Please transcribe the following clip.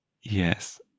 Yes